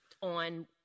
on